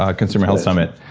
ah consumer health summit.